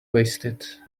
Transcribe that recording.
wasted